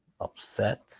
upset